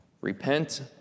Repent